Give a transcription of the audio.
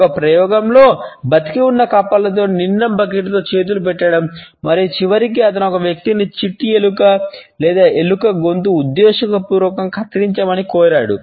ఒక ప్రయోగంలో బ్రతికి ఉన్న కప్పలతో నిండిన బకెట్లో చేతులు పెట్టడం మరియు చివరికి అతను ఒక వ్యక్తిని చిట్టి ఎలుక లేదా ఎలుక గొంతును ఉద్దేశపూర్వకంగా కత్తిరించమని కోరాడు